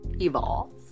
evolve